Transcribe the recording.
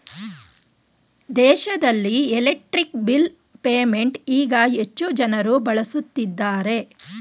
ದೇಶದಲ್ಲಿ electric bill payment ಈಗ ಹೆಚ್ಚು ಜನರು ಬಳಸುತ್ತಿದ್ದಾರೆ